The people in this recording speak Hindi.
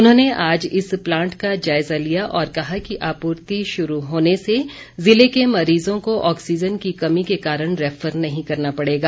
उन्होंने आज इस प्लांट का जायजा लिया और कहा कि आपूर्ति शुरू होने से जिले के मरीजों को ऑक्सीजन की कमी के कारण रैफर नहीं करना पड़ेगा